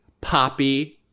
poppy